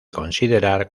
considerar